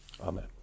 Amen